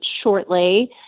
shortly